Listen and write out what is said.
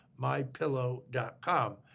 MyPillow.com